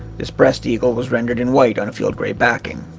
this breast eagle was rendered in white on a field grey backing.